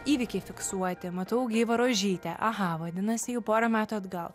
įvykiai fiksuoti matau gyvą rožytę aha vadinasi jau porą metų atgal